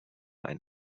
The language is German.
ein